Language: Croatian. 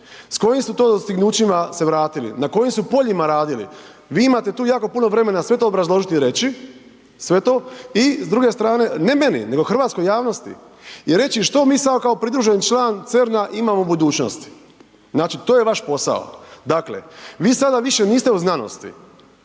s kojim su to dostignućima se vratili, na kojim su poljima radili, vi imate tu jako puno vremena sve to obrazložiti i reći, sve to i s druge strane ne meni, nego hrvatskoj javnosti i reći što mi sada kao pridruženi član CERN-a imamo u budućnosti. Znači to je vaš posao. Dakle, vi sada više niste u znanosti,